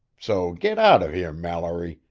so get out of here, mallory,